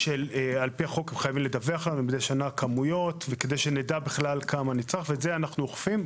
החוק הם חייבים לדווח על כמויות וכדי שנדע כמה ואת זה אנו אוכפים.